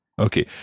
Okay